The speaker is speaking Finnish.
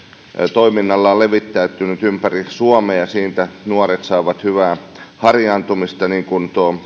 toiminnallaan levittäytynyt ympäri suomea ja siitä nuoret saavat hyvää harjaantumista niin kuin tuo